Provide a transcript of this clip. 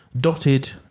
dotted